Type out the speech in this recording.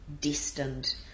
destined